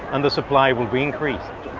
and the supply will be increased.